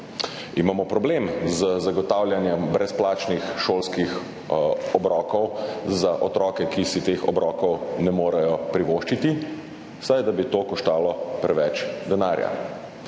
Imamo problem z zagotavljanjem brezplačnih šolskih obrokov za otroke, ki si teh obrokov ne morejo privoščiti, saj da bi to koštalo preveč denarja.